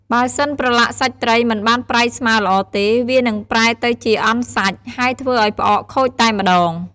បើសិនប្រឡាក់សាច់ត្រីមិនបានប្រៃស្មើល្អទេ វានឹងប្រែទៅជាអន់សាច់ ហើយធ្វើឱ្យផ្អកខូចតែម្ដង។